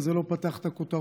ולכן זה לא פתח את הכותרות.